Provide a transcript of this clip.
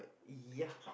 ya